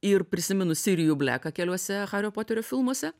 ir prisiminus sirijų bleką keliuose hario poterio filmuose